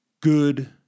good